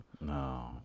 No